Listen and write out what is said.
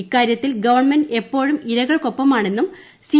ഇക്കാര്യ്ത്തിൽ government എപ്പോഴും ഇരകൾക്കൊപ്പമാണെന്നും C